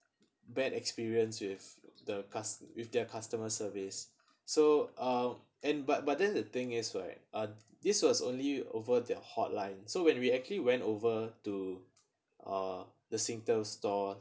bad experience is the cust~ with their customer service so uh and but but then the thing is right uh this was only over their hotline so when we actually went over to uh the SingTel store